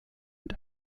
und